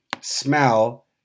smell